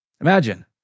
Imagine